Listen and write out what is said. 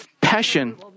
passion